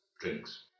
drinks